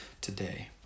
today